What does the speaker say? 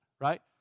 Right